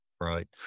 right